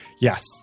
yes